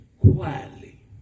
quietly